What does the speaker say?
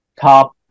top